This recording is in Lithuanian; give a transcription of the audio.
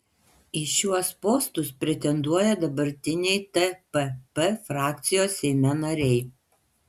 į šiuos postus pretenduoja dabartiniai tpp frakcijos seime nariai